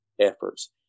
efforts